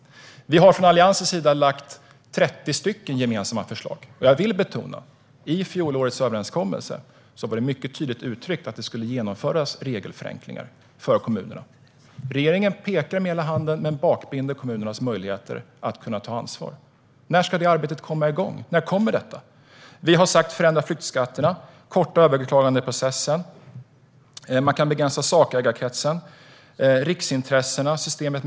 Vi har från Alliansens sida lagt fram 30 gemensamma förslag, och jag vill betona att det i fjolårets överenskommelse var mycket tydligt uttryckt att det skulle genomföras regelförenklingar för kommunerna. Regeringen pekar med hela handen men bakbinder kommunernas möjligheter att ta ansvar. När ska det arbetet komma igång? När kommer detta? Vi har föreslagit att man ska förändra flyttskatterna, korta överklagandeprocessen, begränsa sakägarkretsen och förenkla privatbostadsuthyrning.